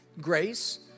Grace